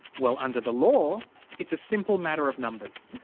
well under the law it's a simple matter of numbers.